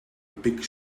big